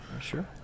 sure